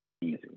Easy